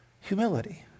humility